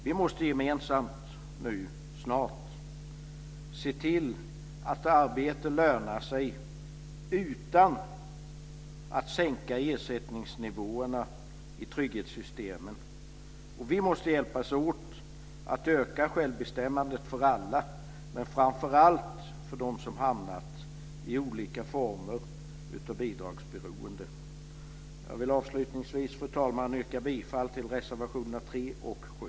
Vi måste gemensamt se till att arbete lönar sig utan att sänka ersättningsnivåerna i trygghetssystemen. Och vi måste hjälpas åt att öka självbestämmandet för alla men framför allt för dem som hamnat i olika former av bidragsberoende. Fru talman! Jag vill avslutningsvis yrka bifall till reservationerna 3 och 7.